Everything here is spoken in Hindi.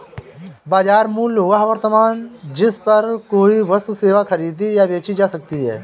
बाजार मूल्य वह वर्तमान जिस पर कोई वस्तु सेवा खरीदी या बेची जा सकती है